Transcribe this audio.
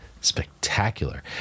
spectacular